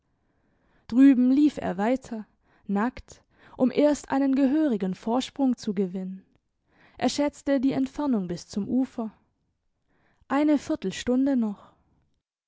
drüben lief er weiter nackt um erst einen gehörigen vorsprung zu gewinnen er schätzte die entfernung bis zum ufer eine viertelstunde noch